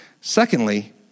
Secondly